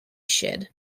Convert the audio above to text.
shed